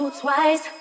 twice